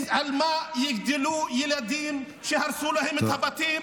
על מה יגדלו ילדים שהרסו להם את הבתים